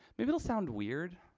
maybe it'll sound weird,